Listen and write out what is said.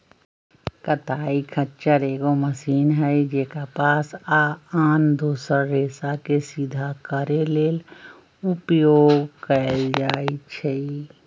कताइ खच्चर एगो मशीन हइ जे कपास आ आन दोसर रेशाके सिधा करे लेल उपयोग कएल जाइछइ